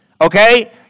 okay